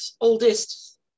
oldest